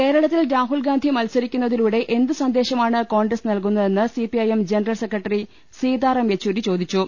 കേരളത്തിൽ രാഹുൽഗാന്ധി മത്സരിക്കുന്നതിലൂടെ എന്ത് സന്ദേ ശമാണ് കോൺഗ്രസ് നൽകുന്നതെന്ന് സിപിഐഎം ജനറൽ സെക്ര ട്ടറി സീതാറാം യെച്ചൂരി ചോദിച്ചു